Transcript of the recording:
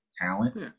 talent